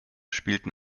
spielten